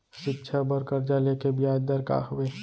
शिक्षा बर कर्जा ले के बियाज दर का हवे?